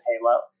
Halo